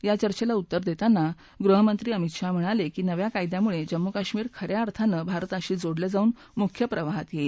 या चर्चेला उत्तर देताना गृहमंत्री अमित शाह म्हणाले की नव्या कायद्यामुळे जम्मू कश्मीर खऱ्या अर्थानं भारताशी जोडला जाऊन मुख्य प्रवाहात येणार